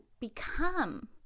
become